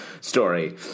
story